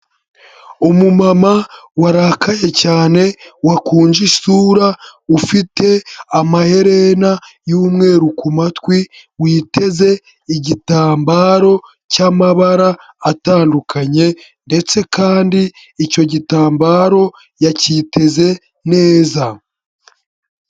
Umumama warakaye cyane, wakunje isura, ufite amaherena y'umweru ku matwi, witeze igitambaro cy'amabara atandukanye ndetse kandi icyo gitambaro yacyiteze neza.